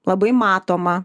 labai matoma